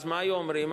מה היו אומרים?